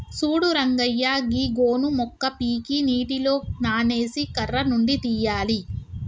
సూడు రంగయ్య గీ గోను మొక్క పీకి నీటిలో నానేసి కర్ర నుండి తీయాలి